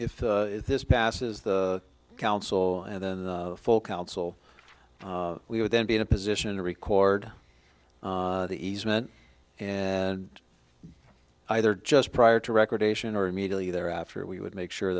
the if this passes the council and then the full council we would then be in a position to record the easement and either just prior to record ation or immediately thereafter we would make sure